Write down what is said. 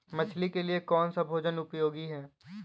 मछली के लिए कौन सा भोजन उपयोगी है?